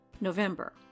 November